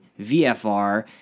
VFR